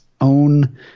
own